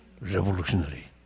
revolutionary